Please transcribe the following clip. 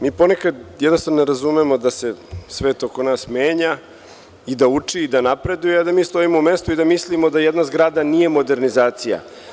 Mi ponekad jednostavno ne razumemo da se svet oko nas menja i da uči i da napreduje a da mi stojimo u mestu i da mislimo da jedna zgrada nije modernizacija.